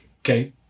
Okay